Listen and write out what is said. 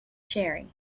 sharing